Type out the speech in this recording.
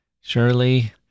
Surely